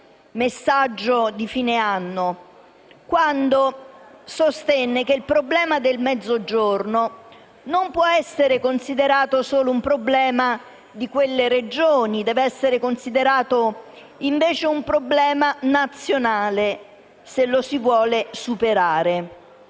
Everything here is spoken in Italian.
messaggio di fine anno), quando sostenne che il problema del Mezzogiorno non può essere considerato solo un problema di quelle Regioni, ma deve essere considerato invece un problema nazionale, se lo si vuole superare.